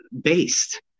based